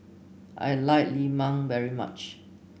I like Lemang very much